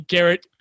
Garrett